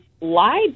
lied